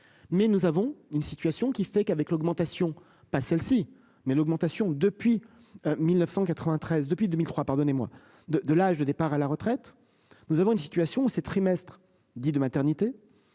mais nous avons une situation qui fait qu'avec l'augmentation pas celle-ci mais l'augmentation depuis. 1993 depuis 2003. Pardonnez-moi de, de l'âge de départ à la retraite. Nous avons une situation ses trimestres dit de maternité.